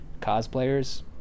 cosplayers